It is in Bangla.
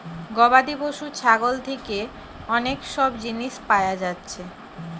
গবাদি পশু ছাগল থিকে অনেক সব জিনিস পায়া যাচ্ছে